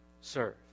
serve